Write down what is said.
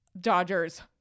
Dodgers